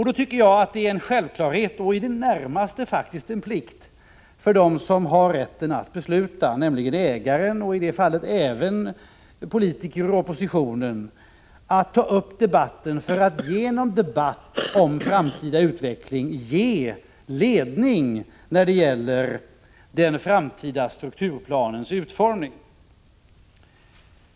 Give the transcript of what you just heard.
Då tycker jag att det är en självklarhet — och i det närmaste faktiskt en plikt — för dem som har rätten att besluta, nämligen ägaren och i detta fall även regeringspolitiker och opposition, att ta upp en debatt för att genom en debatt om den framtida utvecklingen ge ledning när det gäller den framtida strukturplanens utformning.